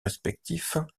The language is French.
respectifs